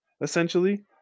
essentially